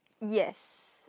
Yes